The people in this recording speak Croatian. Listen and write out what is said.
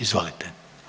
Izvolite.